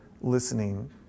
listening